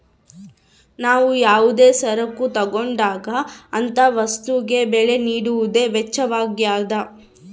ನಾವು ಯಾವುದೇ ಸರಕು ತಗೊಂಡಾಗ ಅಂತ ವಸ್ತುಗೆ ಬೆಲೆ ನೀಡುವುದೇ ವೆಚ್ಚವಾಗ್ಯದ